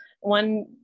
one